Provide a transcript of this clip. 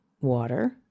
water